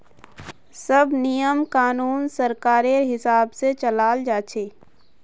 सब नियम कानून सरकारेर हिसाब से चलाल जा छे